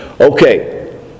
Okay